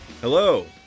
Hello